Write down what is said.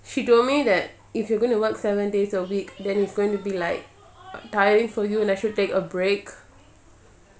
she told me that if you are going to work seven days a week then it's going to be like tiring for you like should take a break